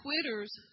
quitters